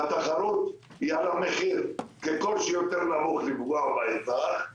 והתחרות היא על המחיר ככל שהוא יותר נמוך לפגוע באזרח ובעירייה,